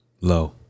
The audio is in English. low